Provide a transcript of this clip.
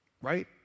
Right